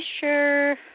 sure